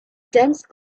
dense